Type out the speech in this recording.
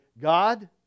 God